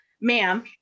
ma'am